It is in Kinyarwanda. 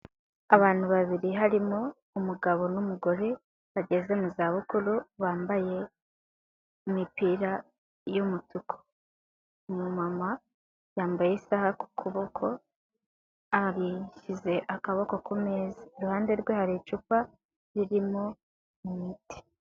Abantu babiri harimo umugabo n'umugore bageze mu za bukuru, bambaye imipira y’umutuku. Umu mama yambaye isaha ku kuboko, yashyize akaboko ku meza, iruhande rwe hari icupa ririmo imiti.